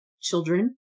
children